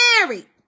married